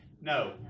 No